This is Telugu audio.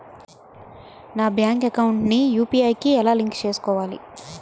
నా బ్యాంక్ అకౌంట్ ని యు.పి.ఐ కి ఎలా లింక్ చేసుకోవాలి?